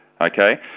okay